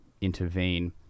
intervene